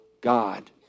God